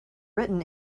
written